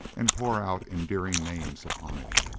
and pour out endearing names upon it.